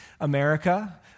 America